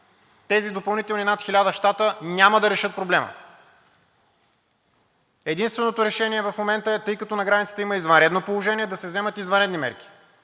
Тези допълнителни над 1000 щата няма да решат проблема. Единственото решение в момента е, тъй като на границата има извънредно положение, да се вземат извънредни мерки.